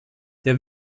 der